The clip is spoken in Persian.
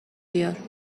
بیار